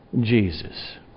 Jesus